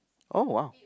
oh !wow!